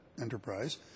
enterprise